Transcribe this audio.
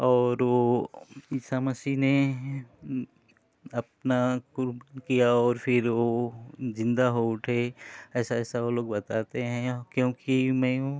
और वो ईसा मसीह ने अपना कुर्ब किया फिर वो जिंदा हो उठे ऐसा ऐसा वो लोग बताते हैं क्योंकि मैं